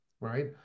right